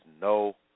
no